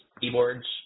keyboards